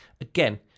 again